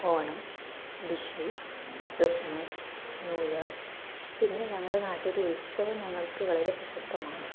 Onam Vishu Christmas new year പിന്നെ ഞങ്ങളുടെ നാട്ടിലെ ഉത്സവം ഞങ്ങൾക്ക് വളരെ പ്രശസ്തമാണ്